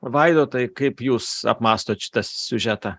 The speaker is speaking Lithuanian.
vaidotai kaip jūs apmąstot šitą siužetą